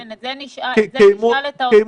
כן, את זה נשאל את האוצר.